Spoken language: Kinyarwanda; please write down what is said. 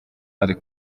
ari